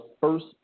first